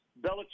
Belichick